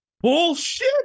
Bullshit